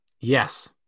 Yes